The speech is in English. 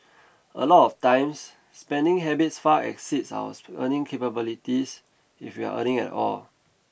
a lot of times spending habits far exceeds our earning capabilities if we're earning at all